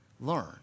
learn